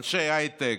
אנשי הייטק,